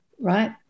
right